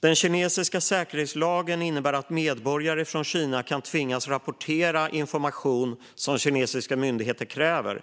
Den kinesiska säkerhetslagen innebär att kinesiska medborgare kan tvingas rapportera information som kinesiska myndigheter kräver.